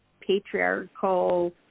patriarchal